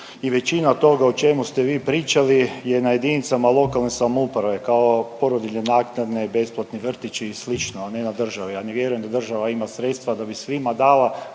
i većina toga o čemu ste vi pričali je na jedinicama lokalne samouprave kao porodiljne naknade, besplatni vrtići i slično, ne na državi. Ja ne vjerujem da država ima sredstva da bi svima dala,